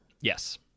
Yes